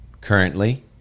currently